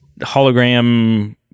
hologram